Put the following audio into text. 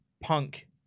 Punk